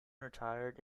retired